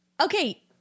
okay